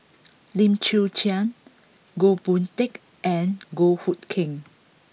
Lim Chwee Chian Goh Boon Teck and Goh Hood Keng